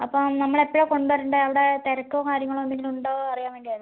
അപ്പം നമ്മളെപ്പോഴാണ് കൊണ്ടരണ്ടേ അവിടെ തിരക്കും കാര്യങ്ങളും എന്തെങ്കിലും ഉണ്ടോ അറിയാൻ വേണ്ടിയായിരുന്നു